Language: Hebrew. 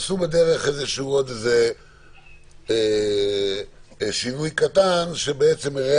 עשו בדרך עוד איזשהו שינוי קטן שמרע